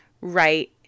right